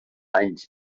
anys